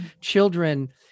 children